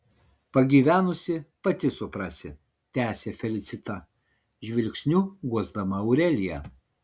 pagyvenusi pati suprasi tęsė felicita žvilgsniu guosdama aureliją